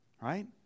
right